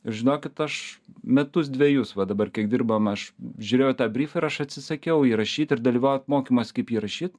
ir žinokit aš metus dvejus va dabar kiek dirbam aš žiūrėjau į tą bryf ir aš atsisakiau įj rašyt ir dalyvaut mokymuose kaip jį rašyt